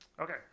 Okay